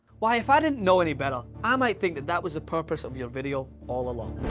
why, if i didn't know any better, i might think that that was the purpose of your video all along.